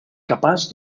capaç